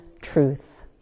truth